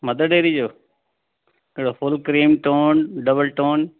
mother Dairy जो कहिड़ो full cream toned double टोंड